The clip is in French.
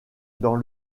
dans